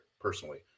Personally